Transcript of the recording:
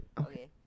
Okay